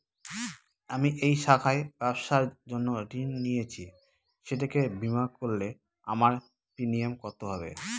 আমি এই শাখায় ব্যবসার জন্য ঋণ নিয়েছি সেটাকে বিমা করলে আমার প্রিমিয়াম কত হবে?